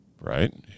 Right